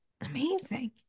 Amazing